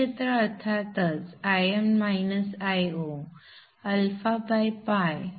हे क्षेत्र अर्थातच Im -Io απ T 2 आहे